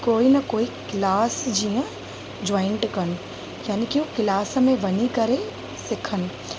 कोई न कोई क्लास जीअं जॉइंट कनि याने की क्लास में वञी करे सिखनि